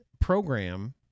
program